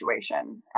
situation